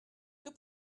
que